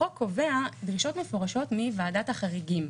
החוק קובע דרישות מפורשות מוועדת החריגים.